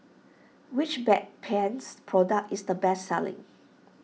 which Bedpans product is the best selling